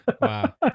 Wow